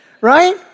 right